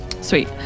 Sweet